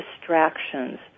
distractions